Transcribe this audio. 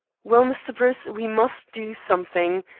well, mr. bruce, we must do something.